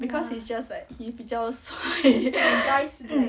because it's just like he 比较帅